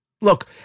Look